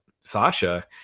Sasha –